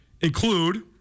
Include